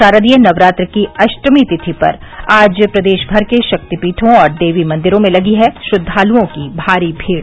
शारदीय नवरात्र की अष्टमी तिथि पर आज प्रदेश भर के शक्तिपीठों और देवी मंदिरों में लगी है श्रद्वालुओं की भारी भीड़